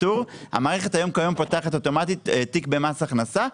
פטור המערכת כיום פותחת אוטומטית תיק במס הכנסה,